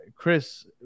Chris